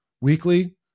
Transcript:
weekly